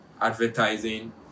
advertising